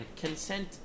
consent